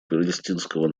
палестинского